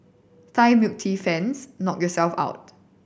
Thai milk tea fans knock yourselves out